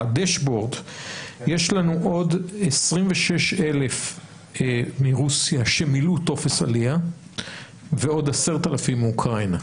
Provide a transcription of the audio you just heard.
בדשבורד עוד 26,000 מרוסיה שמילאו טופס עלייה ועוד 10,000 מאוקראינה.